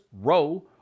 row